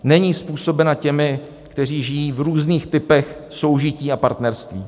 Není způsobena těmi, kteří žijí v různých typech soužití a partnerství.